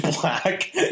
black